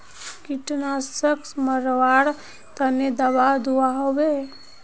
कीटनाशक मरवार तने दाबा दुआहोबे?